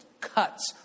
cuts